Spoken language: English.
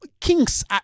kings